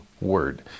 Word